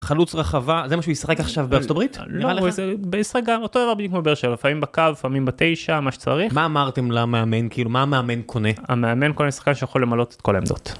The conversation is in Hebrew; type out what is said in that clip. חלוץ רחבה זה מה שהוא ישחק עכשיו בארצות הברית נראה לך, לא הוא ישחק אותו דבר כמו בבאר שבע לפעמים בקו לפעמים בתשע מה שצריך, מה אמרתם למאמן מה המאמן קונה. המאמן קונה שחקן שיכול למלות את כל העמדות